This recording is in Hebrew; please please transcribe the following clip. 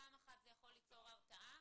פעם אחת זה יכול ליצור הרתעה.